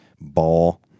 Ball